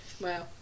Wow